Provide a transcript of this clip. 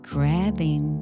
Grabbing